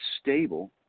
stable